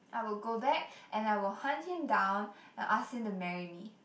I would go back and I will hunt him down and ask him to marry me